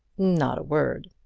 not a word.